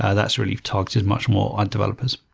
ah that's really targeted much more on developers.